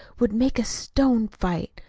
would make a stone fight.